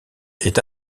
est